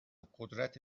قدرت